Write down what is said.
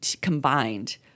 combined